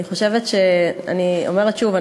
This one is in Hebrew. אני אומרת שוב,